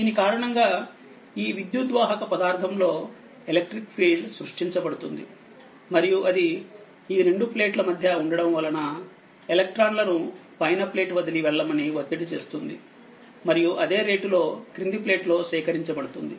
దీని కారణంగాఈ విద్యుద్వాహక పదార్ధం లో ఎలక్ట్రిక్ ఫీల్డ్ సృష్టించబడుతుంది మరియుఅది ఈ రెండు ప్లేట్ల మధ్య ఉండటం వలన ఎలక్ట్రాన్లను పైన ప్లేట్ వదిలి వెళ్ళమని ఒత్తిడి చేస్తుందిమరియు అదే రేటులో క్రింది ప్లేట్లో సేకరించబడుతుంది